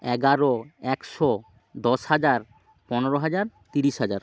এগারো একশো দশ হাজার পনেরো হাজার তিরিশ হাজার